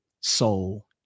soul